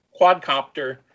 quadcopter